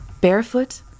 barefoot